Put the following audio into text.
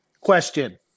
Question